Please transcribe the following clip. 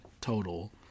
total